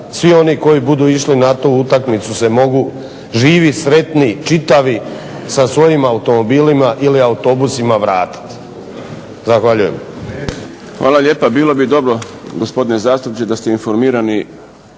svi oni koji će ići na tu utakmicu se mogu živi, sretni, čitavi sa svojim automobilima ili autobusima vratiti. Zahvaljujem. **Šprem, Boris (SDP)** Hvala lijepa. Bilo bi dobro gospodine zastupniče da ste informirani